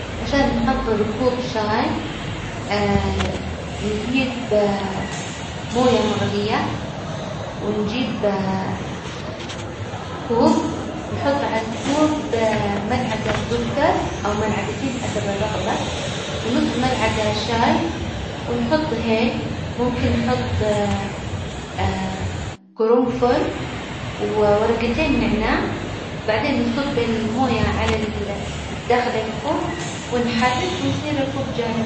عشان نحظر كوب شاي نجيب موية مغلية ونجيب كوب، نحط عالكوب ملعجة سكر أو ملعجتين حسب الرغبة، ونص ملعجة شاي ونحط هيل، ممكن نحط قرنفل وورجتين نعناع، بعدين نصب الموية على ال- داخل الكوب ونحرك ويصير الكوب جاهز.